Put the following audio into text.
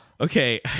Okay